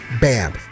Bam